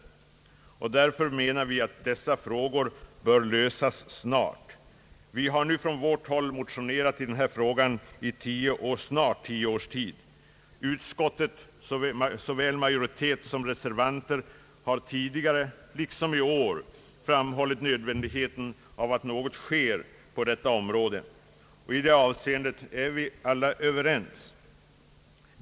Därför anser vi att dessa frågor bör lösas snart. Vi har nu från vårt håll motionerat i denna fråga i snart tio års tid. Utskottet, såväl majoritet som reservanter, har tidigare liksom i år framhållit nödvändigheten av att något sker på detta område. I det avseendet är vi alla överens.